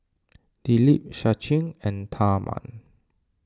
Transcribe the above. Dilip Sachin and Tharman